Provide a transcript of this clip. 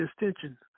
extension